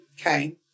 Okay